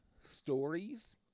Stories